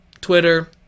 Twitter